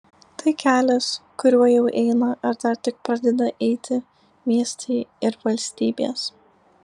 tai kelias kuriuo jau eina ar dar tik pradeda eiti miestai ir valstybės